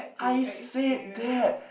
I said that